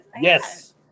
Yes